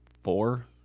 four